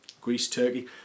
Greece-Turkey